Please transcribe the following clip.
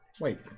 Wait